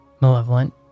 malevolent